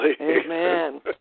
Amen